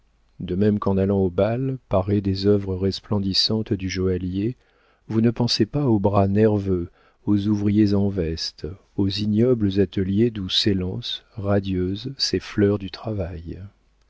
de même qu'en allant au bal parée des œuvres resplendissantes du joaillier vous ne pensez pas aux bras nerveux aux ouvriers en veste aux ignobles ateliers d'où s'élancent radieuses ces fleurs du travail